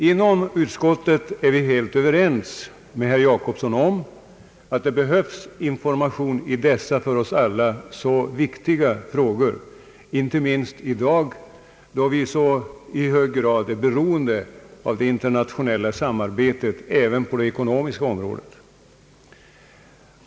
Inom utskottet är vi helt överens med herr Jacobsson om att det behövs information i dessa för oss alla så viktiga frågor, inte minst i dag då vi i så hög grad är beroende av det internationella samarbetet även på det ekonomiska området.